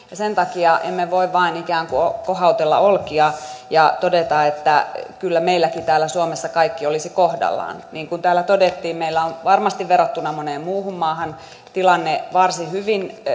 sen takia emme voi vain ikään kuin kohautella olkia ja todeta että kyllä meilläkin täällä suomessa kaikki olisi kohdallaan niin kuin täällä todettiin meillä on varmasti verrattuna moneen muuhun maahan tilanne varsin hyvin